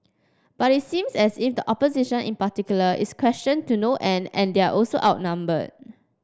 but it seems as if the opposition in particular is questioned to no end and they're also outnumbered